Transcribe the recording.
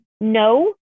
no